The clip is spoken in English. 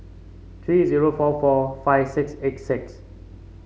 three zero four four five six eight six